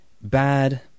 Bad